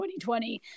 2020